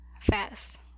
fast